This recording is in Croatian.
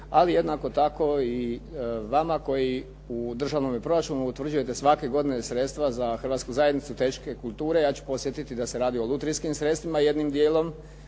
ali jednako tako i vama koji u državnome proračunu utvrđujete svake godine sredstva za Hrvatsku zajednicu tehničke kulture, ja ću podsjetiti da se radi o lutrijskim sredstvima jednim djelom,